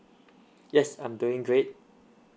yes I'm doing great